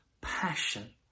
passion